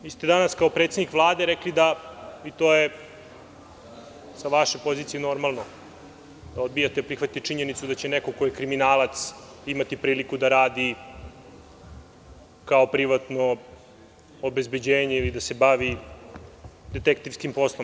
Vi ste danas kao predsednik Vlade rekli, i to je sa vaše pozicije normalno, da odbijate da prihvatite činjenicu da će neko ko je kriminalac imati priliku da radi kao privatno obezbeđenje ili da se bavi detektivskim poslom.